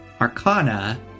arcana